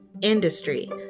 industry